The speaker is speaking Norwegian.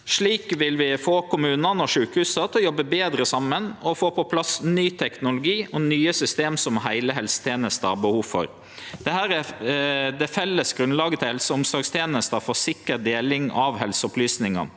Slik vil vi få kommunane og sjukehusa til å jobbe betre saman og få på plass ny teknologi og nye system som heile helsetenesta har behov for. Dette er det felles grunnlaget til helseog omsorgstenesta for sikker deling av helseopplysningar.